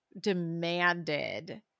demanded